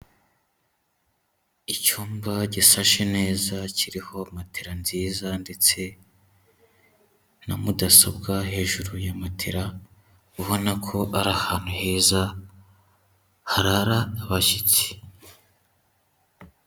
Icyumba gisashe neza, kiriho matera nziza ndetse na mudasobwa hejuru ya matera, ubona ko ari ahantu heza, harara abashyitsi.